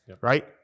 right